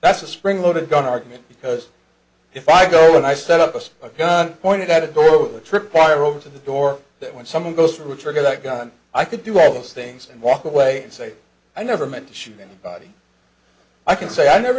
that's a spring loaded gun argument because if i go and i set up a gun pointed at a door with a trip wire over to the door that when someone goes through a trigger that gun i could do all those things and walk away and say i never meant to shoot anybody i can say i never